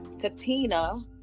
Katina